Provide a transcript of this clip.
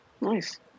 Nice